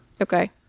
Okay